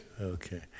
Okay